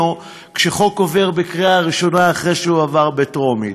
כשחוק עובר בקריאה ראשונה אחרי שהוא עבר בטרומית.